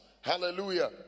Hallelujah